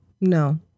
No